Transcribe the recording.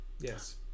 Yes